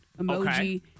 emoji